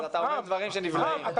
אתה אומר דברים שנבלעים.